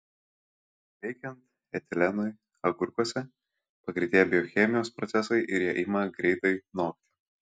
veikiant etilenui agurkuose pagreitėja biochemijos procesai ir jie ima greitai nokti